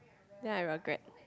then I regret